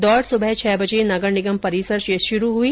दौड सुबह छह बजे नगर निगम परिसर से शुरु हई